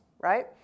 right